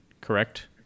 correct